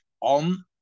on